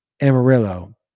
Amarillo